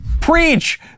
Preach